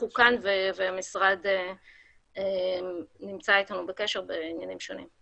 אנחנו כאן והמשרד נמצא איתנו בקשר בעניינים שונים.